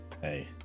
Hey